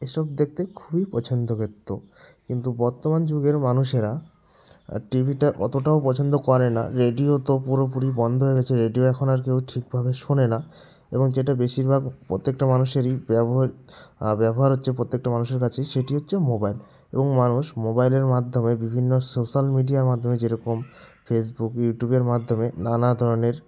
এসব দেখতে খুবই পছন্দ করতো কিন্তু বর্তমান যুগের মানুষেরা টিভিটা অতটাও পছন্দ করে না রেডিও তো পুরোপুরি বন্ধ হয়ে গেছে রেডিও এখন আর কেউ ঠিকভাবে শোনে না এবং যেটা বেশিরভাগ প্রত্যেকটা মানুষেরই ব্যবহার ব্যবহার হচ্ছে প্রত্যেকটা মানুষের কাছেই সেটি হচ্ছে মোবাইল এবং মানুষ মোবাইলের মাধ্যমে বিভিন্ন সোশ্যাল মিডিয়ার মাধ্যমে যেরকম ফেসবুক ইউটিউবের মাধ্যমে নানা ধরনের